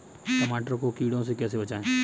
टमाटर को कीड़ों से कैसे बचाएँ?